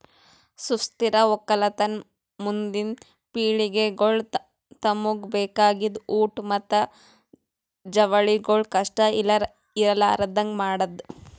ಸುಸ್ಥಿರ ಒಕ್ಕಲತನ ಮುಂದಿನ್ ಪಿಳಿಗೆಗೊಳಿಗ್ ತಮುಗ್ ಬೇಕಾಗಿದ್ ಊಟ್ ಮತ್ತ ಜವಳಿಗೊಳ್ ಕಷ್ಟ ಇರಲಾರದಂಗ್ ಮಾಡದ್